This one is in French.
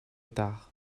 tard